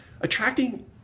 attracting